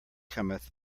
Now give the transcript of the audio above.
cometh